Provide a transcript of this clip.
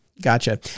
Gotcha